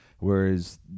Whereas